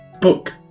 book